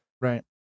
Right